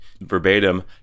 verbatim